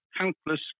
countless